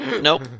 Nope